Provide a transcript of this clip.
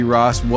Ross